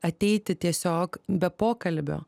ateiti tiesiog be pokalbio